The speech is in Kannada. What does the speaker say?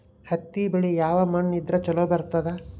ಹತ್ತಿ ಬೆಳಿ ಯಾವ ಮಣ್ಣ ಇದ್ರ ಛಲೋ ಬರ್ತದ?